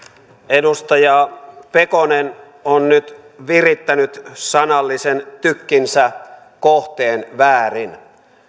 edustaja pekonen on nyt virittänyt sanallisen tykkinsä kohteen väärin